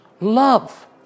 love